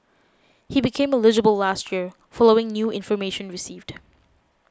he became eligible last year following new information received